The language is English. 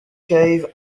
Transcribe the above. cave